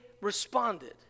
responded